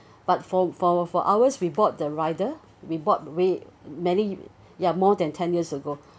but for for for ours we bought the rider we bought way many ya more than ten years ago